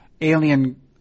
alien